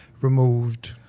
removed